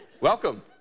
Welcome